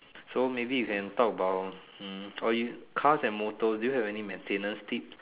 so maybe you can talk about hmm or you cars and motors do you have any maintenance tips